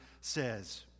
says